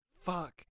Fuck